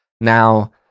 Now